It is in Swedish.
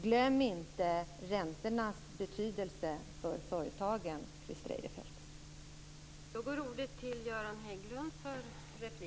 Glöm inte räntornas betydelse för företagen, Christer Eirefelt.